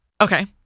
Okay